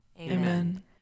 Amen